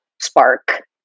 spark